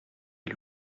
est